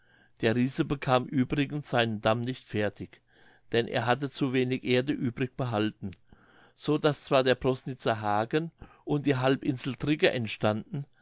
der riese bekam übrigens seinen damm nicht fertig denn er hatte zu wenig erde übrig behalten so daß zwar der prosnitzer haken und die halbinsel drigge entstanden